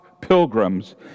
pilgrims